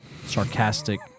sarcastic